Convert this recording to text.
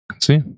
see